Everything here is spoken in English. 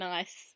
Nice